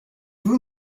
vous